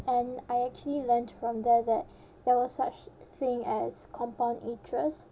and I actually learned from there that there was such thing as compound interest